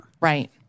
Right